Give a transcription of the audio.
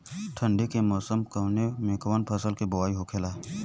ठंडी के मौसम कवने मेंकवन फसल के बोवाई होखेला?